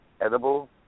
edible